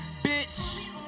Bitch